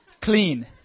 Clean